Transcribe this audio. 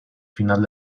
final